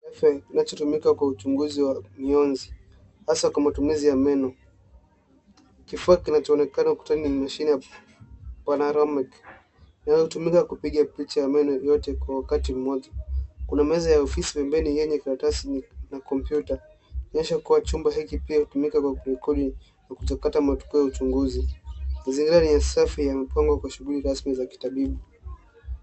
Wi-Fi unachotumika kwa uchunguzi wa mionzi, hasa kwa matumizi ya meno. Kifaa kinacho onekano ukutani ni mashini ya Panaramek, yanayotumika kupiga picha ya meno yote kwa wakati moja. Kuna meza ya ofisi pembeni yenye karatasi na kompyuta, yaonyesha kuwa chumba hiki pia hutumika kwa kurekodi na kujakata matokeo ya uchunguzi. Mazingira ni ya safi yamepangwa kwa shuguli rasmi za kitabibu.